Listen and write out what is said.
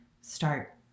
start